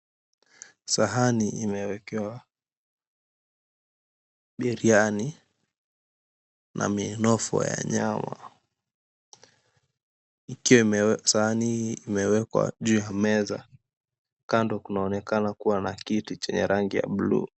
Sahani imewekewa biriani na minofu ya nyama ikiwa sahani imewekwa juu ya meza kando kunaonekana kuwa na kiti chenye rangi ya bluu.